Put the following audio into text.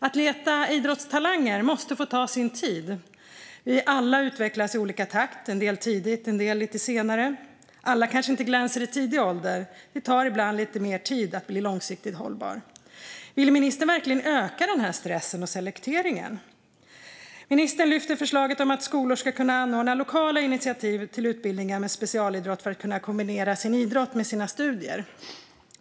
Att leta idrottstalanger måste få ta sin tid. Vi alla utvecklas i olika takt, en del tidigt och en del lite senare. Alla kanske inte glänser i tidig ålder - det tar ibland lite mer tid att bli långsiktigt hållbar. Vill ministern verkligen öka den här stressen och selekteringen? Ministern lyfter fram förslaget om att skolor ska kunna anordna lokala initiativ till utbildningar med specialidrott för att man ska kunna kombinera sin idrott med sina studier.